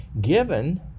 given